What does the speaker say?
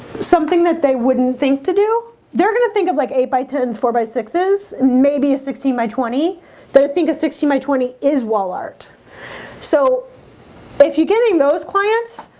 something that they wouldn't think to do they're gonna think of like eight-by-tens four by sixes, maybe a sixteen by twenty they think of sixty my twenty is wall art so if you're getting those clients,